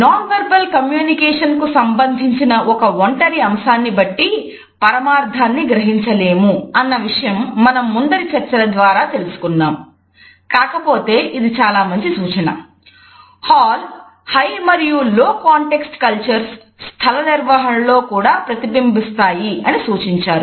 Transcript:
non verbal communication స్థల నిర్వహణ లో కూడా ప్రతిబింబిస్తాయి అని సూచించారు